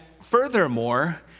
furthermore